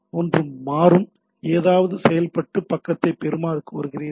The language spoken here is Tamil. ஒன்று மாறும் ஏதாவது செயல்படுத்தப்பட்டு பக்கத்தைப் பெறுமாறு கோருகிறீர்கள்